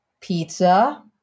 Pizza